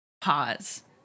pause